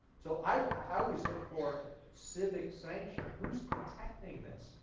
so, i always look for civic sanction. who's protecting this?